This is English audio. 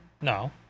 No